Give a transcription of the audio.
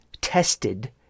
tested